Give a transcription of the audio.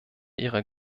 ihrer